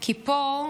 כי פה,